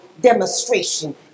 demonstration